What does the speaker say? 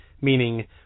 meaning